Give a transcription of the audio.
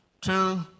two